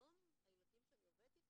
היום הילדים שאני עובדת איתם,